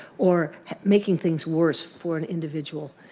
or making things worse for an individual.